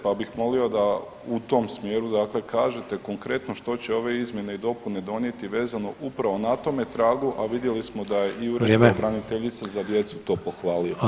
Pa bih molio da u tom smjeru, dakle kažete konkretno što će ove izmjene i dopune donijeti vezano upravo na tome tragu a vidjeli smo i da Ured pravobraniteljice za djecu [[Upadica Sanader: Vrijeme.]] je to pohvalio.